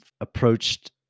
approached